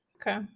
Okay